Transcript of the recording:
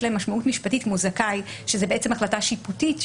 להם משמעות משפטית כמו זכאי שזאת בעצם החלטה שיפוטית,